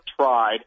tried